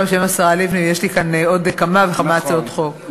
יש לי פה עוד כמה וכמה הצעות חוק.